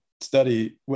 study